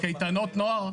קייטנות נוער,